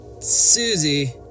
Susie